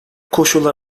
koşullar